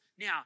now